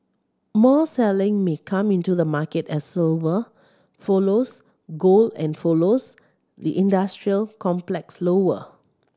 more selling may come into the market as silver follows gold and follows the industrial complex lower